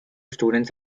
students